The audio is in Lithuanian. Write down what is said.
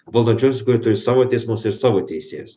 valandžioj sukurtų ir savo teismus ir savo teisėjas